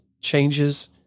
changes